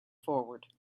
forward